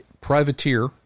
privateer